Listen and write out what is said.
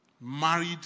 married